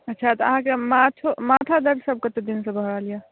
अच्छा तऽ अहाँके माथो माथा दर्द सब कतेक दिन सऽ भऽ रहल यऽ